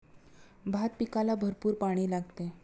भात पिकाला भरपूर पाणी लागते